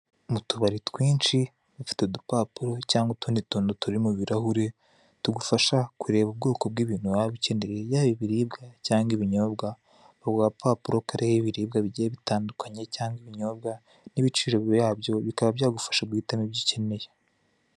Mu tubari twinshi, bafite udupapuro cyangwa utundi tuntu turi mu birahuri, tugufasha kureba ubwoko bw'ibintu waba ukeneye, yaba ibiribwa cyangwa ibinyobwa, ako gapapuro kariho ibiribwa bigiye bitandukanye cyangwa ibinyobwa n'ibiciro byabyo, bikakaba byagufasha guhitamo ibyo ukeneye.